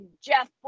Jeff